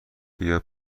بیا